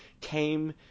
came